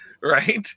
right